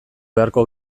beharko